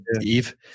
Eve